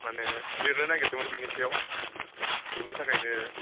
माने लिरनो नागेरदोंमोन बिनि सायाव बिनि थाखायनो